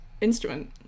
instrument